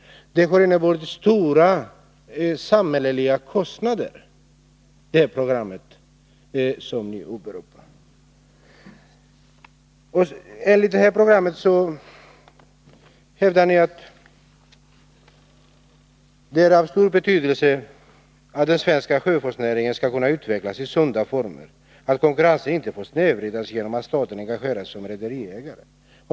Det program han talar om har inneburit stora samhällsekonomiska kostnader. I detta program hävdar man att det är av stor betydelse för att den svenska sjöfartsnäringen skall kunna utvecklas i sunda former att konkurrensen inte snedvrids genom att staten engagerar sig som rederiägare.